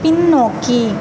பின்னோக்கி